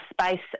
space